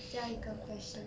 下一个 question